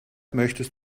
möchtest